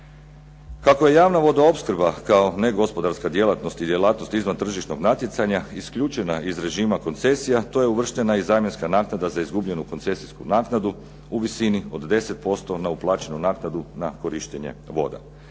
Kako javna vodoopskrba kao negospodarska djelatnost ili djelatnost izvan tržišnog natjecanja isključena iz režima koncesija, tu je uvrštena i zamjenska naknada za izgubljenu koncesijsku naknadu u visini od 10% na uplaćenu naknadu na korištenje voda.